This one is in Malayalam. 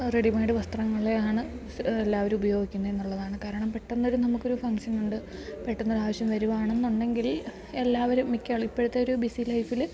റെഡിമേയ്ഡ് വസ്ത്രങ്ങൾ ആണ് എല്ലാവരും ഉപയോഗിക്കുന്നത് എന്നുള്ളതാണ് കാരണം പെട്ടെന്ന് ഒരു നമുക്ക് ഒരു ഫങ്ഷൻ ഉണ്ട് പെട്ടെന്ന് ഒരു ആവശ്യം വരുകയാണെന്നുണ്ടെങ്കിൽ എല്ലാവരും മിക്ക ആളും ഇപ്പോഴത്തെ ഒരു ബിസി ലൈഫിൽ